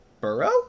Burrow